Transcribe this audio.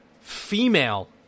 female